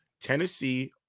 Tennessee